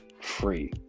free